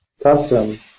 custom